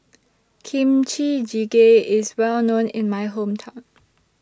Kimchi Jjigae IS Well known in My Hometown